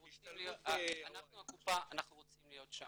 הקופה רוצים להיות שם.